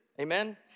Amen